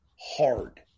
hard